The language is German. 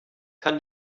kann